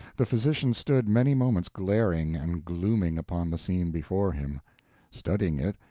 the physician stood many moments glaring and glooming upon the scene before him studying it,